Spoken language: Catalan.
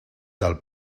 del